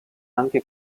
anche